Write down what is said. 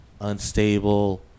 unstable